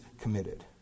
committed